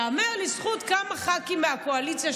ייאמר לזכות כמה ח"כים מהקואליציה,